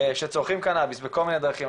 שצורכים קנאביס בכל מיני דרכים.